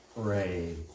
pray